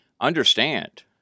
understand